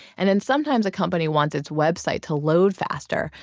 and then sometimes a company wants its website to load faster.